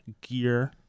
gear